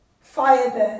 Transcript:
Firebird